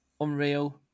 unreal